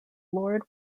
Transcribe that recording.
lord